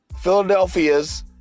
Philadelphia's